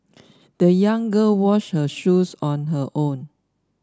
the young girl washed her shoes on her own